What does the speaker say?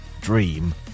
Dream